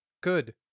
good